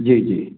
जी जी